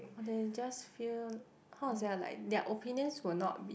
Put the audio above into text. or they just fear how to say ah like their opinions will not be